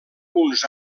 uns